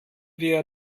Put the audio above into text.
wir